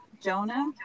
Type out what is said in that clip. Jonah